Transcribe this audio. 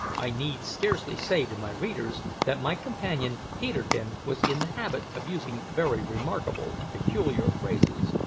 i need scarcely say to my readers that my companion peterkin was in the habit of using very remarkable and peculiar phrases.